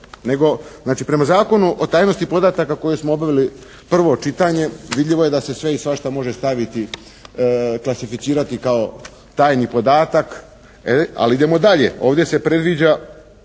gora. Znači prema Zakonu o tajnosti podataka koji smo obavili prvo čitanje vidljivo je da se sve i svašta može staviti, klasificirati kao tajni podatak, ali idemo dalje. Ovdje se predviđa